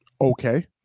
okay